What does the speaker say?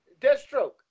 Deathstroke